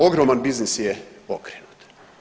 Ogroman biznis je okrenut.